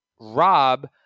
Rob